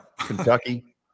Kentucky